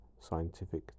scientific